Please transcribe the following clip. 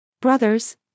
Brothers